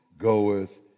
goeth